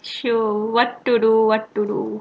chill what to do what to do